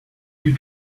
you